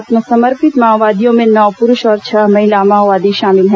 आत्मसमर्पित माओवादियों में नौ पुरूष और छह महिला माओवादी शामिल हैं